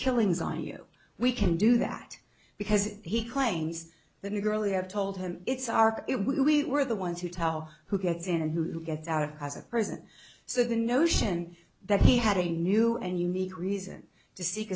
killings on you we can do that because he claims the new girlie have told him it's our it we were the ones who tell who gets in and who gets out as a present so the notion that he had a new and unique reason to seek